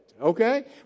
okay